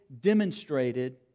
demonstrated